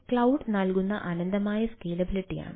cloud നൽകുന്ന അനന്തമായ സ്കേലബിളിറ്റിയാണ്